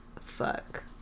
Fuck